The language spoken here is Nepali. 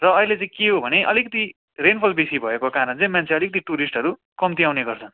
र अहिले चाहिँ के हो भने अलिकति रेनफल बेसी भएको कारण चाहिँ मान्छे अलिकति टुरिस्टहरू कम्ती आउने गर्छन्